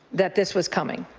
that this was coming.